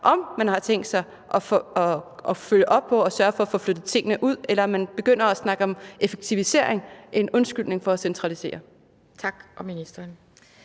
om man har tænkt sig at følge op på det og sørge for at få flyttet tingene ud, eller om man begynder at snakke om effektivisering – en undskyldning for at centralisere. Kl. 13:19 Anden